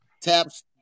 taps